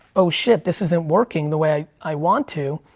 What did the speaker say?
oh shit this isn't working the way i want to.